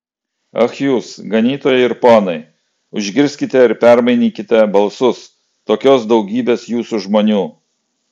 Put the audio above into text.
ach jūs ganytojai ir ponai užgirskite ir permainykite balsus tokios daugybės jūsų žmonių